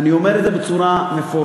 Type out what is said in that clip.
אני אומר את זה בצורה מפורשת,